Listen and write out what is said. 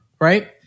right